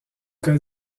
code